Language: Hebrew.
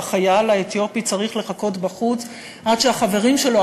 והחייל האתיופי צריך לחכות בחוץ עד שהחברים שלו,